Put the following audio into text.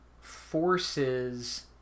forces